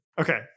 Okay